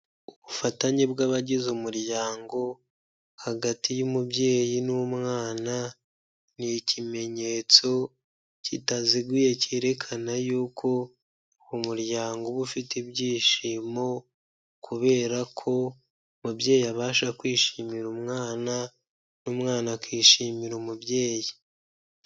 Ubufatanye bwabagize umuryango, hagati y'umubyeyi n'umwana, ni ikimenyetso kitaziguye cyerekana yuko umuryango uba ufite ibyishimo, kubera ko umubyeyi abasha kwishimira umwana n'umwana akishimira umubyeyi.